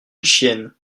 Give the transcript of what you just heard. chienne